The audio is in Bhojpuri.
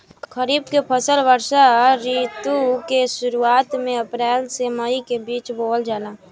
खरीफ के फसल वर्षा ऋतु के शुरुआत में अप्रैल से मई के बीच बोअल जाला